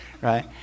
right